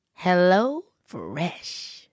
HelloFresh